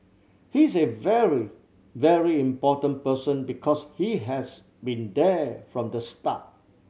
he's a very very important person because he has been there from the start